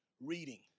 Reading